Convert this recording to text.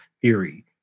theory